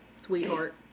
Sweetheart